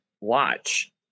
watch